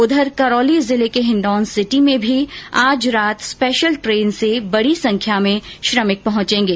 इधर करौली जिले के हिण्डोन सिटी में भी आज रात स्पेशल ट्रेन से बडी संख्या में श्रमिक पहुंचेंगे